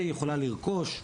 והיא יכולה לרכוש ספרים,